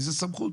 כבוד היו"ר.